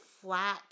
flat